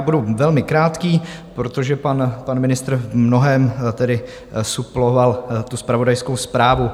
Budu velmi krátký, protože pan ministr v mnohém tedy suploval zpravodajskou zprávu.